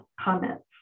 comments